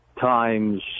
times